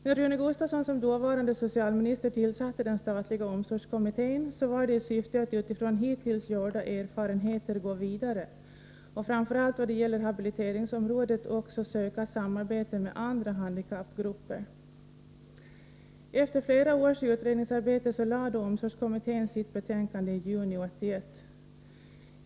När Rune Gustavsson som dåvarande socialminister tillsatte den statliga omsorgskommittén var det i syfte att utifrån hittills gjorda erfarenheter gå vidare och framför allt vad gäller habiliteringsområdet också söka samarbete med andra handikappgrupper. Efter flera års utredningsarbete lade omsorgskommittén fram sitt betänkande i juni 1981.